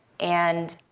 and